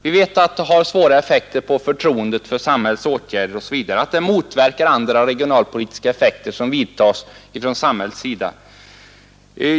Vi vet att de har negativa effekter för förtroendet för samhällets åtgärder osv., att de motverkar andra regionalpolitiska åtgärder som vidtas från samhällets sida.